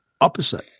opposite